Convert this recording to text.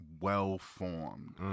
well-formed